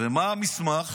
מה המסמך?